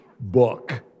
book